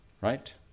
Right